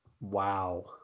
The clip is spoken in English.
wow